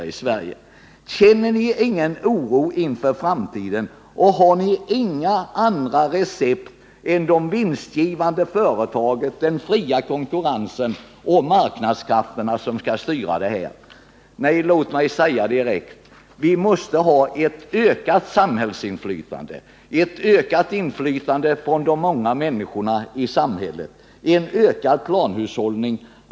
Känner ni ingen oro inför framtiden och har ni inga andra recept än att man skall satsa på de vinstgivande företagen, den fria konkurrensen och marknadskrafterna som skall styra? Låt mig utan vidare framhålla att vi måste ha ett ökat samhällsinflytande, ett ökat inflytande från de många människorna i samhället, en ökad planhushållning.